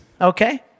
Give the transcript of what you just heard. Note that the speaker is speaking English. Okay